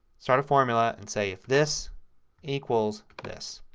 start a formula and say if this equals this.